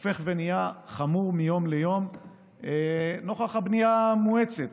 הולך ונהיה חמור מיום ליום נוכח הבנייה המואצת,